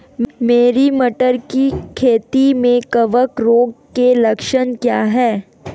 मेरी मटर की खेती में कवक रोग के लक्षण क्या हैं?